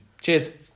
Cheers